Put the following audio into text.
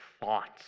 thoughts